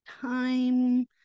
time